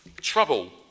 trouble